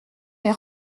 est